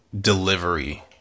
delivery